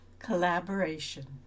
Collaboration